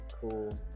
cool